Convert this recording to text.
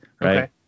Right